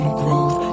growth